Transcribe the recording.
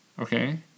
okay